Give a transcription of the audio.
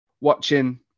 watching